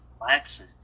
relaxing